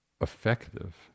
effective